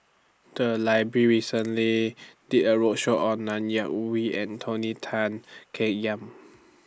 The Library recently did A roadshow on Ng Yak Whee and Tony Tan Keng Yam